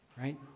Right